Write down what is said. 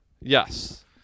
Yes